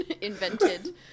invented